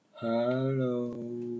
Hello